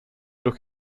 durch